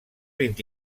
vint